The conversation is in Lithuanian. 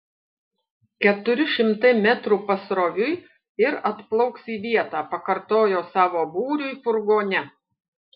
keturi šimtai metrų pasroviui ir atplauks į vietą pakartojo savo būriui furgone